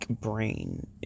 brain